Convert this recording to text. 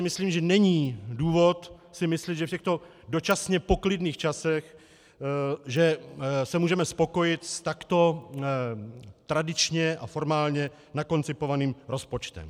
Myslím si, že není důvod si myslet, že všechno v dočasně klidných časech, že se můžeme spokojit s takto tradičně a formálně nakoncipovaným rozpočtem.